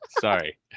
Sorry